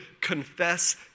confess